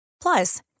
Plus